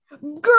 girl